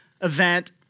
event